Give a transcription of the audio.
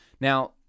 Now